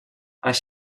els